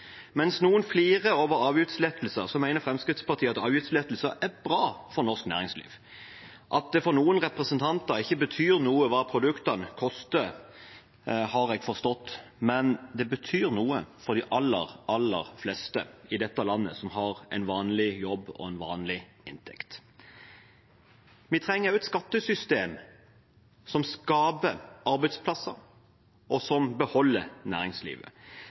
Mens noen flirer over avgiftslettelser mener Fremskrittspartiet at avgiftslettelser er bra for norsk næringsliv. At det for noen representanter ikke betyr noe hva produktene koster, har jeg forstått, men det betyr noe for de aller, aller fleste i dette landet som har en vanlig jobb og en vanlig inntekt. Vi trenger også et skattesystem som skaper arbeidsplasser, og som beholder næringslivet.